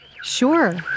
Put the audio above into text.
sure